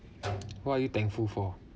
what are you thankful for